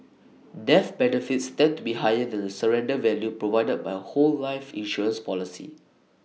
death benefits tend to be higher than the surrender value provided by A whole life insurance policy